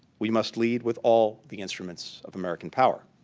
we must lead with all the instruments of american power.